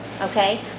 okay